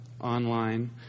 online